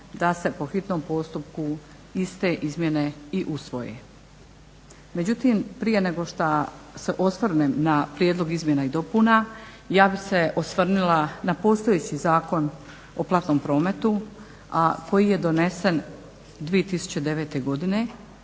da se po hitnom postupku iste izmjene i usvoje. Međutim, prije nego šta se osvrnem na prijedlog izmjena i dopuna ja bih se osvrnula na postojeći Zakon o platnom prometu, a koji je donesen 2009. godine